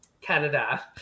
Canada